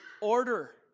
order